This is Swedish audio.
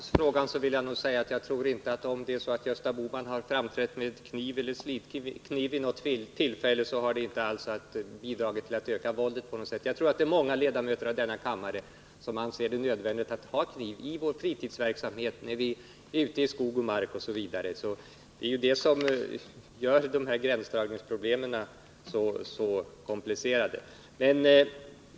Herr talman! Som svar på den senaste frågan vill jag svara, att om Gösta Bohman vid något tillfälle har framträtt med slidkniv så tror jag inte alls att det har bidragit till att öka våldet. Många av ledamöterna i denna kammare anser det troligen nödvändigt att ha kniv i sin fritidsverksamhet, ute i skog och mark osv. Det är just det som gör gränsdragningsproblemen så komplicerade.